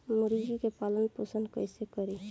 मुर्गी के पालन पोषण कैसे करी?